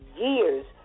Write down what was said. years